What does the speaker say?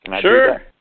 Sure